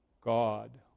God